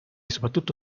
soprattutto